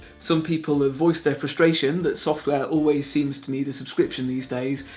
some people have voiced their frustration that software always seems to need a subscription these days,